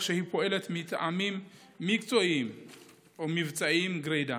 שהיא פועלת מטעמים מקצועיים ומבצעיים גרידא